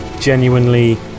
genuinely